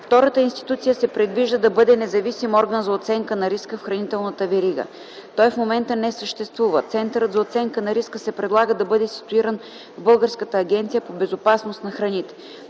Втората институция се предвижда да бъде независим орган за оценка на риска в хранителната верига. Той в момента не съществува. Центърът за оценка на риска се предлага да бъде ситуиран в Българската агенция по безопасност на храните.